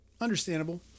Understandable